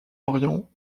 orient